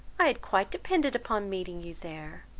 i had quite depended upon meeting you there.